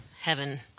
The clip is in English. heaven